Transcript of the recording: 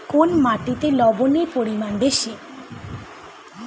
কোন মাটিতে লবণের পরিমাণ বেশি?